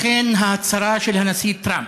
לכן, ההצהרה של הנשיא טראמפ,